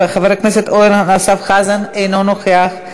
חבר הכנסת אורן אסף חזן, אינו נוכח.